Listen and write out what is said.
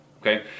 okay